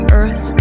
earth